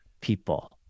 people